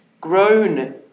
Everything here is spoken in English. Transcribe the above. grown